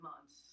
months